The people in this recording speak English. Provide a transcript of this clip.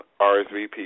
RSVP